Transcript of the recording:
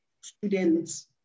students